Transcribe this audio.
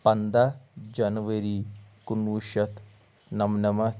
پَنداہ جَنؤری کُنوُہ شیٚتھ نَمنَمَتھ